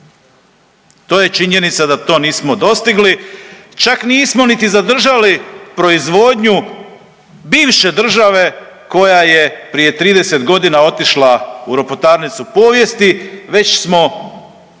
To je činjenica da to nismo dostigli, čak nismo niti zadržali proizvodnju bivše države koja je prije 30 godina otišla u ropotarnicu povijesti, već smo